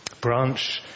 Branch